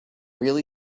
really